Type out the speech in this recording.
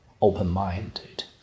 open-minded